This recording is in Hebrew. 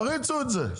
תריצו את זה,